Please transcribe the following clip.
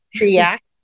react